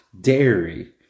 dairy